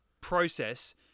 process